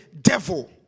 devil